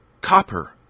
copper